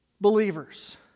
believers